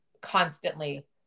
constantly